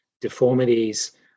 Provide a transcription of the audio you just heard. deformities